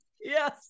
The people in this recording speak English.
Yes